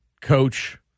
coach